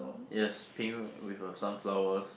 yes pink with a sunflowers